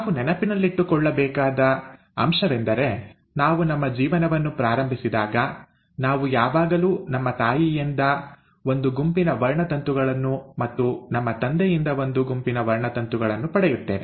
ನಾವು ನೆನಪಿಟ್ಟುಕೊಳ್ಳಬೇಕಾದ ಅಂಶವೆಂದರೆ ನಾವು ನಮ್ಮ ಜೀವನವನ್ನು ಪ್ರಾರಂಭಿಸಿದಾಗ ನಾವು ಯಾವಾಗಲೂ ನಮ್ಮ ತಾಯಿಯಿಂದ ಒಂದು ಗುಂಪಿನ ವರ್ಣತಂತುಗಳನ್ನು ಮತ್ತು ನಮ್ಮ ತಂದೆಯಿಂದ ಒಂದು ಗುಂಪಿನ ವರ್ಣತಂತುಗಳನ್ನು ಪಡೆಯುತ್ತೇವೆ